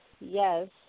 Yes